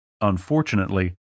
Unfortunately